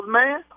man